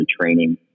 training